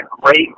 great